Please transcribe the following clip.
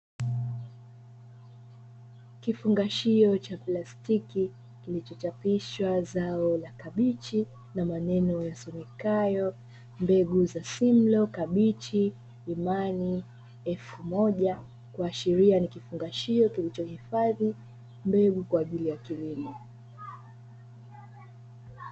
Kifungashio cha plastiki kilichochapishwa zao la kabichi na maneno yasomekayo mbegu za simlo kabichi imani elfu moja, kuashiria ni kifungashio kilichohifadhi mbegu kwa ajili ya kilimo.